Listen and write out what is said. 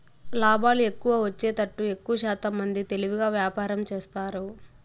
లాభాలు ఎక్కువ వచ్చేతట్టు ఎక్కువశాతం మంది తెలివిగా వ్యాపారం చేస్తారు